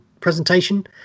presentation